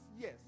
yes